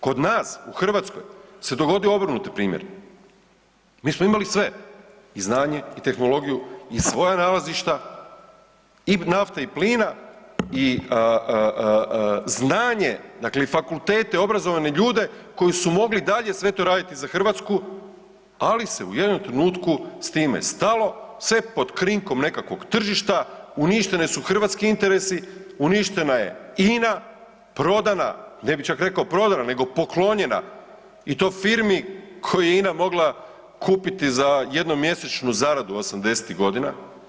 Kod nas u Hrvatskoj se dogodio obrnuti primjer, mi smo imali sve i znanje i tehnologiju i svoja nalazišta i nafte i plina i znanje dakle i fakultete, obrazovane ljude koji su mogli i dalje sve to raditi za Hrvatsku ali se u jednom trenutku s time stalo sve pod krinkom nekakvog tržišta, uništeni su hrvatski interesi, uništena je INA, prodana, ne bih čak rekao prodana, nego poklonjena i to firmi koju je INA mogla kupiti za jednomjesečnu zaradu '80.-tih godina.